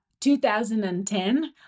2010